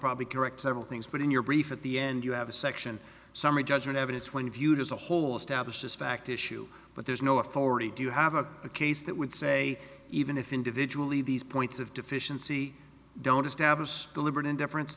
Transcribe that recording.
probably correct several things but in your brief at the end you have a section summary judgment evidence when viewed as a whole establish this fact issue but there's no authority do you have a case that would say even if individually these points of deficiency don't establish deliberate indifference